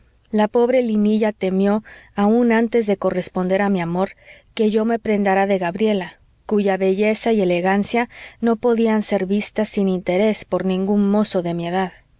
la pobre linilla temió aun antes de corresponder a mi amor que yo me prendara de gabriela cuya belleza y elegancia no podían ser vistas sin interés por ningún mozo de mi edad